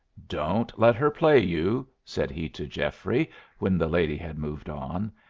don't let her play you, said he to geoffrey when the lady had moved on.